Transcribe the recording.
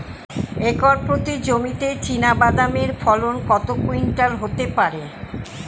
Acre প্রতি জমিতে চীনাবাদাম এর ফলন কত কুইন্টাল হতে পারে?